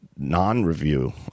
non-review